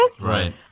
Right